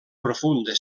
profunda